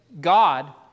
God